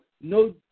no